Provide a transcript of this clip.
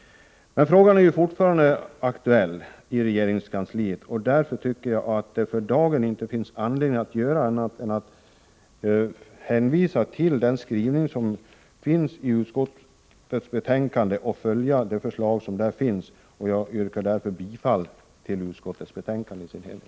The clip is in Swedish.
Men frågan är ju fortfarande aktuell i regeringskansliet. Därför tycker jag att det för dagen inte finns anledning att göra annat än hänvisa till den skrivning som finns i utskottets betänkande och följa utskottets förslag. Jag yrkar därför bifall till utskottets hemställan i dess helhet.